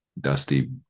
dusty